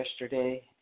yesterday